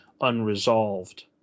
unresolved